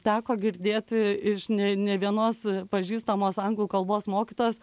teko girdėti iš ne ne vienos pažįstamos anglų kalbos mokytojos